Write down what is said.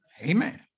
Amen